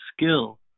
skill